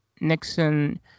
Nixon